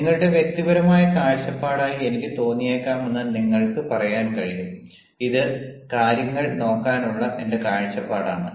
നിങ്ങളുടെ വ്യക്തിപരമായ കാഴ്ചപ്പാടായി എനിക്ക് തോന്നിയേക്കാമെന്ന് നിങ്ങൾക്ക് പറയാൻ കഴിയും ഇത് കാര്യങ്ങൾ നോക്കാനുള്ള എന്റെ കാഴ്ചപ്പാടാണ്